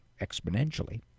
exponentially